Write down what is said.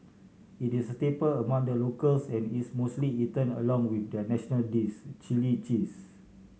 it is a staple among the locals and is mostly eaten along with their national dish chilli cheese